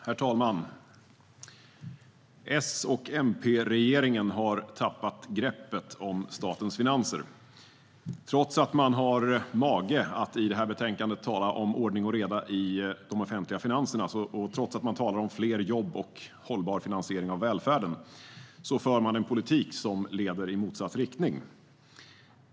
Herr talman! S och MP-regeringen har tappat greppet om statens finanser. Trots att man i betänkandet har mage att tala om ordning och reda i de offentliga finanserna och trots att man talar om fler jobb och hållbar finansiering av välfärden för man en politik som leder i motsatt riktning.